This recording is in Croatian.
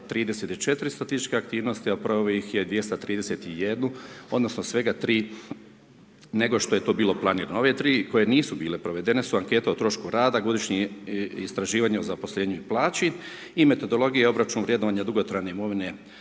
234 statističkih aktivnosti a proveo ih je 231 odnosno svega 3 nego što je to bilo planirano. Ove tri koje nisu bile provedene su ankete o trošku rada, godišnje istraživanje o zaposlenju i plaći i metodologija i obračun vrednovanja dugotrajne imovine